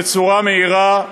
בצורה מהירה,